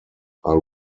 are